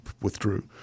withdrew